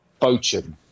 Bochum